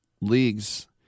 leagues